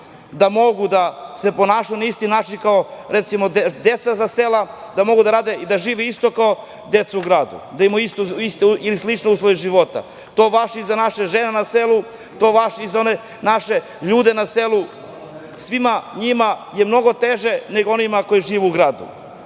da mogu da se ponašaju na isti način kao, recimo, deca sa sela, da mogu da rade i da žive isto kao deca u gradu, da imaju iste ili slične uslove života. To važi i za naše žene na selu, to važi i za one naše ljude na selu. Svima njima je mnogo teže nego onima koji žive u gradu. Jedna